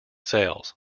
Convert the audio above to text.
sales